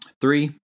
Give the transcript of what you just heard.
Three